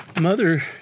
mother